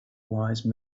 wise